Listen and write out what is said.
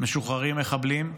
משוחררים מחבלים,